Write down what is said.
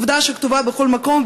עובדה שכתובה בכל מקום,